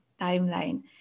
timeline